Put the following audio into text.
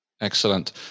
excellent